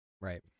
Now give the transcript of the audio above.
Right